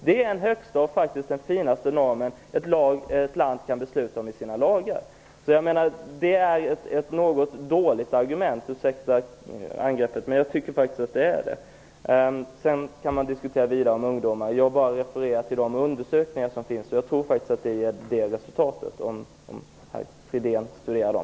Det är den högsta och finaste normen ett land kan besluta om i sina lagar. Det är ett dåligt argument som Lennart Fridén kommer med -- ursäkta angreppet, men jag tycker faktiskt att det är det. Sedan kan man diskutera vidare om ungdomar. Jag refererar till de undersökningar som finns. Jag tror faktiskt att de ger det resultat som jag har talat om, om Lennart Fridén studerar dem.